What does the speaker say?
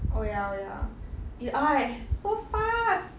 orh ya orh ya s~ !hais! so fast